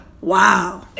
Wow